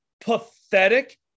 pathetic